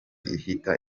ihita